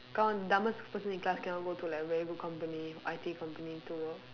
cause dumbest person in class cannot go to like very good company I_T company to work